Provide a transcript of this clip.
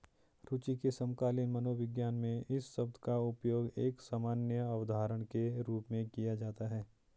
रूचि के समकालीन मनोविज्ञान में इस शब्द का उपयोग एक सामान्य अवधारणा के रूप में किया जाता है